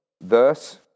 thus